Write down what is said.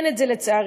אין את זה, לצערי.